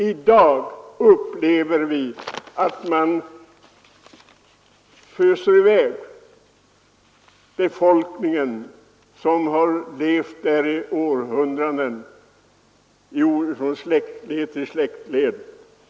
I dag upplever vi att man föser i väg den befolkning som har levt där under århundraden, från släktled till släktled.